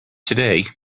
today